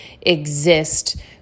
exist